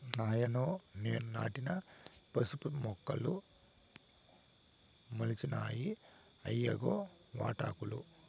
నాయనో నేను నాటిన పసుపు మొక్కలు మొలిచినాయి ఇయ్యిగో వాటాకులు